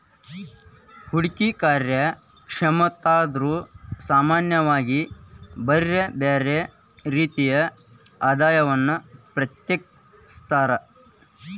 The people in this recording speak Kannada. ಹೂಡ್ಕಿ ಕಾರ್ಯಕ್ಷಮತಾದಾರ್ರು ಸಾಮಾನ್ಯವಾಗಿ ಬ್ಯರ್ ಬ್ಯಾರೆ ರೇತಿಯ ಆದಾಯವನ್ನ ಪ್ರತ್ಯೇಕಿಸ್ತಾರ್